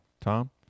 Tom